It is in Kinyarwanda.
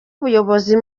ubuyobozi